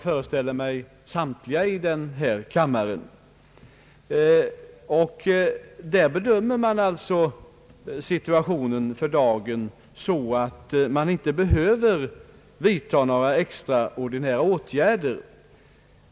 föreställer jag mig, samtliga ledamöter i denna kammare. För dagen bedömer myndigheterna situationen så att det inte behövs några extraordinära åtgärder.